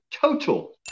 total